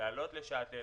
לעלות לשאטל,